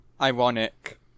Ironic